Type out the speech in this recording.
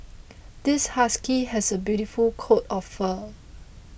this husky has a beautiful coat of fur